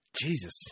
Jesus